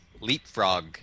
Leapfrog